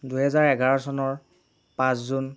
দুহেজাৰ এঘাৰ চনৰ পাঁচ জুন